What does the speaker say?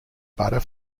butter